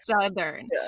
southern